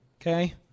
okay